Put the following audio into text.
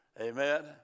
Amen